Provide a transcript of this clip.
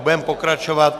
Budeme pokračovat.